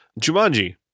Jumanji